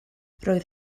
roedd